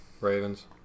Ravens